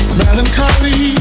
melancholy